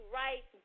right